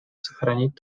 сохранить